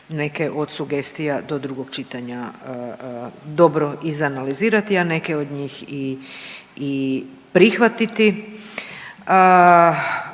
neke od sugestija do drugog čitanja dobro izanalizirati, a neke od njih prihvatiti.